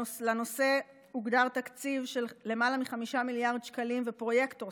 לנושא הוגדר תקציב של למעלה מ-5 מיליארד שקלים ופרויקטור,